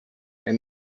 and